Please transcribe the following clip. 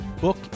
book